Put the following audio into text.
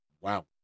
Wow